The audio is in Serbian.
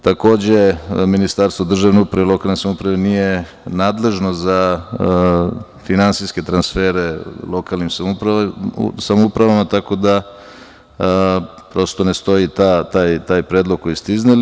Takođe, Ministarstvo državne uprave i lokalne samouprave nije nadležno za finansijske transfere lokalnim samoupravama, tako da, prosto ne stoji taj predlog koji ste izneli.